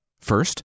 First